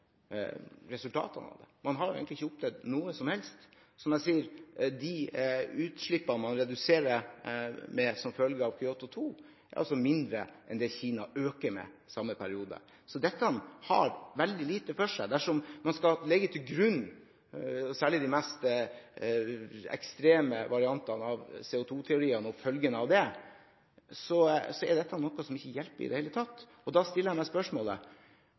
resultatene av det. Man har egentlig ikke oppnådd noe som helst. Utslippene man reduserer som følge av Kyoto 2, er mindre enn det Kina øker med i samme periode. Dette har veldig lite for seg. Dersom man skal legge til grunn CO2-teoriene og følgene av dem, særlig de mest ekstreme variantene av disse, er dette noe som ikke hjelper i det hele tatt. Da stiller jeg meg spørsmålet: